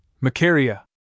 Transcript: Macaria